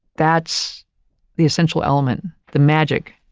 that's the essential element, the magic